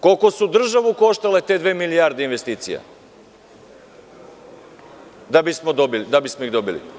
Koliko su državu koštale te dve milijarde investicija, da bismo ih dobili?